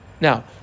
Now